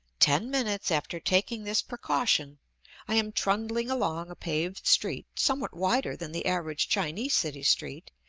ten minutes after taking this precaution i am trundling along a paved street, somewhat wider than the average chinese city street,